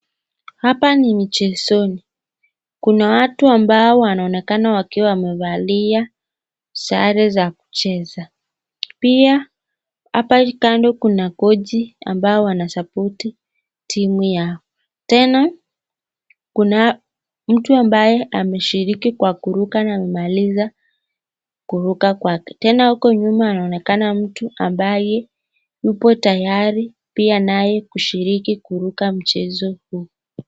Hapa ni michezoni kuna watu ambao wanaonekana wakiwa wamevalia sare za kucheza. Pia hapa kando kuna kochi ambao wanasapoti timu yao tena kuna mtu ambaye ameshiriki kwa kuruka na kumaliza kuruka kwake. Tena huko nyuma anaonekana mtu ambaye yupo tayari pia naye kushiriki kuruka mchezo huu.